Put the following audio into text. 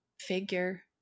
figure